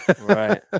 Right